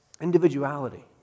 individuality